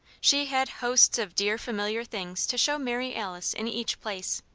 she had hosts of dear, familiar things to show mary alice in each place.